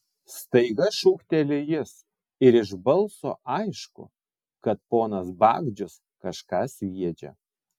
staiga šūkteli jis ir iš balso aišku kad ponas bagdžius kažką sviedžia